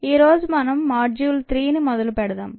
ఈరోజు మనం మోడ్యూల్ 3ని మొదలు పెడదాం